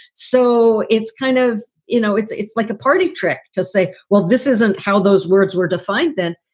so it's kind of you know, it's it's like a party trick to say, well, this isn't how those words were defined then.